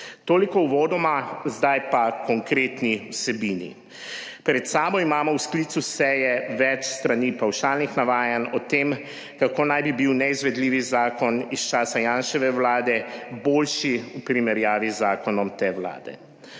toliko uvodoma, zdaj pa h konkretni vsebini. Pred sabo imamo v sklicu seje več strani pavšalnih navajanj o tem, kako naj bi bil neizvedljivi zakon iz časa Janševe vlade boljši v primerjavi z zakonom te vlade.